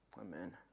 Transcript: amen